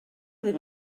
ddim